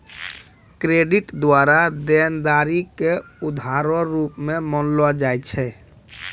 credit द्वारा देनदारी के उधारो रूप मे मानलो जाय छै